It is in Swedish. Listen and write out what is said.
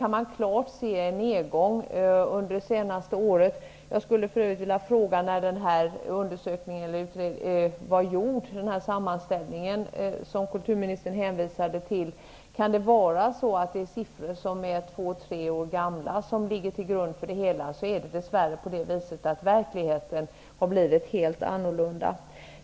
Man kan klart se en nedgång under det senaste året. Jag vill för övrigt fråga när den här sammanställningen, som kulturministern hänvisade till, var gjord. Kan det vara så, att det är två tre år gamla siffror som ligger till grund för det hela? I så fall har verkligheten nu blivit helt annorlunda.